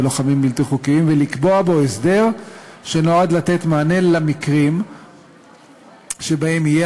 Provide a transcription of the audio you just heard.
לוחמים בלתי חוקיים ולקבוע בו הסדר שנועד לתת מענה למקרים שבהם יהיה